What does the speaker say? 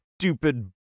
stupid